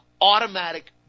automatic